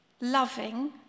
loving